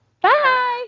Bye